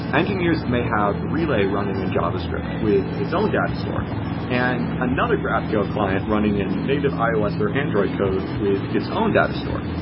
engineers may have relay running in javascript with its own data store and another graphql client running in native ios or android code with its own data store.